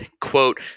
quote